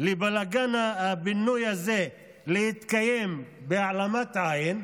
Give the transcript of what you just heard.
לבלגן הבינוי הזה להתקיים בהעלמת עין,